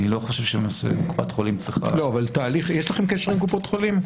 אני לא חושב שקופת החולים צריכה --- אבל יש לכם קשר עם קופות החולים?